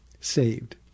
saved